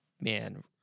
man